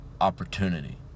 opportunity